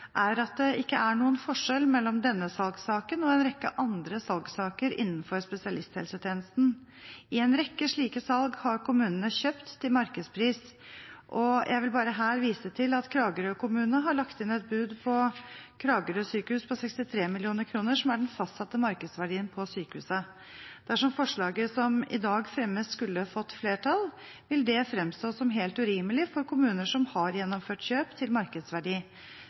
er at det ikke er noen forskjell mellom denne salgssaken og en rekke andre salgssaker innenfor spesialisthelsetjenesten. I en rekke slike salg har kommunene kjøpt til markedspris, og jeg vil her vise til at Kragerø kommune har lagt inn et bud på Kragerø sykehus på 63 mill. kr, som er den fastsatte markedsverdien på sykehuset. Dersom forslaget som i dag fremmes, skulle fått flertall, vil det fremstå som helt urimelig for kommuner som har gjennomført kjøp til markedsverdi.